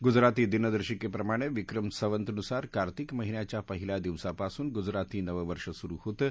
गुजराती दिनदर्शिकेप्रमाणे विक्रम संवत नुसार कार्तिक महिन्याच्या पहिल्या दिवसापासून गुजराती नववर्ष सुरु होतं